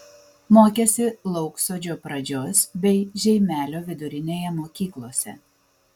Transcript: mokėsi lauksodžio pradžios bei žeimelio vidurinėje mokyklose